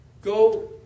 go